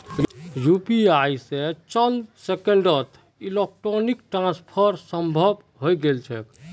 UPI स चंद सेकंड्सत इलेक्ट्रॉनिक ट्रांसफर संभव हई गेल छेक